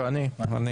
לא התקבל.